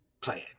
plan